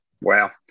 wow